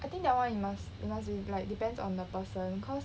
I think that one you must you must be like depends on the person cause